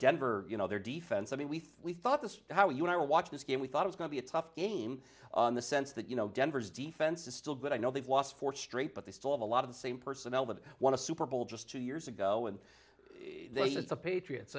denver you know their defense i mean we thought this how you want to watch this game we thought was going to be a tough game in the sense that you know denver's defense is still good i know they've lost four straight but they still have a lot of the same personnel that won a super bowl just two years ago and this is the patriots